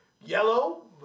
yellow